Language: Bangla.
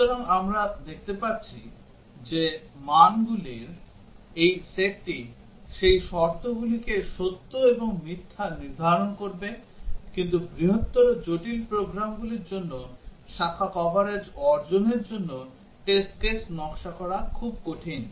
সুতরাং আমরা দেখতে পাচ্ছি যে মানগুলির এই সেটটি সেই শর্তগুলিকে সত্য এবং মিথ্যা নির্ধারণ করবে কিন্তু বৃহত্তর জটিল প্রোগ্রামগুলির জন্য শাখা কভারেজ অর্জনের জন্য টেস্ট কেস নকশা করা খুব কঠিন